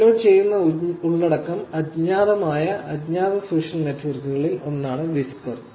upload ചെയ്യുന്ന ഉള്ളടക്കം അജ്ഞാതമായ അജ്ഞാത സോഷ്യൽ നെറ്റ്വർക്കുകളിൽ ഒന്നാണ് വിസ്പർ